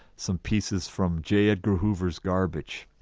some pieces from j. edgar hoover's garbage.